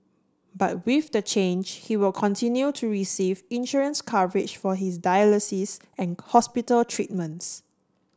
but with the change he will continue to receive insurance coverage for his dialysis and hospital treatments